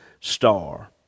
star